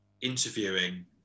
interviewing